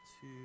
two